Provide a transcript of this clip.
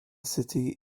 city